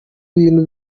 bintu